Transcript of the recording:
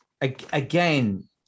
again